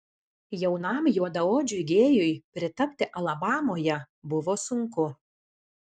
jaunam juodaodžiui gėjui pritapti alabamoje buvo sunku